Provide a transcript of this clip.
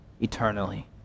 eternally